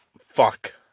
fuck